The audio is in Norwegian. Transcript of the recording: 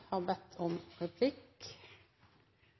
har ikke bedt om